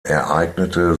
ereignete